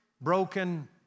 broken